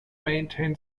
maintain